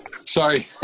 sorry